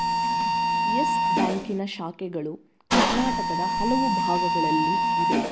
Yes ಬ್ಯಾಂಕಿನ ಶಾಖೆಗಳು ಕರ್ನಾಟಕದ ಹಲವು ಭಾಗಗಳಲ್ಲಿ ಇದೆ